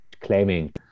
claiming